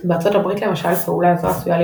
בארצות הברית למשל פעולה זו עשויה להיות